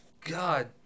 god